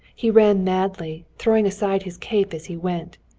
he ran madly, throwing aside his cape as he went.